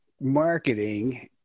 marketing